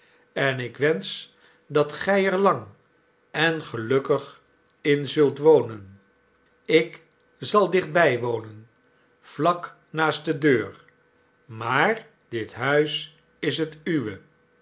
en ik wensch dat gij er lang en gelukkig in zult wonen ik zal dichtbij wonen vlak naast de deur maar dit huis is het uwe